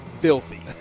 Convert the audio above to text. filthy